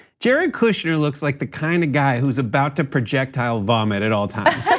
jared kushner looks like the kind of guy whose about to projectile vomit at all times.